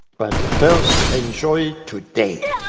but first enjoy today!